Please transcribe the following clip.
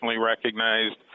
recognized